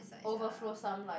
overflow some like